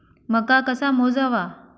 मका कसा मोजावा?